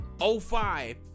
05